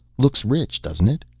looks rich, doesn't it?